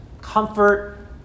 comfort